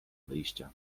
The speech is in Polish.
wyjścia